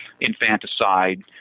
infanticide